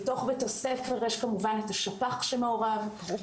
בתוך בית הספר יש כמובן את השפ"ח השרות